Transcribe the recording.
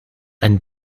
ein